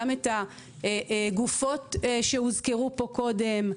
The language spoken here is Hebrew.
גם את הגופות שהוזכרו פה קודם.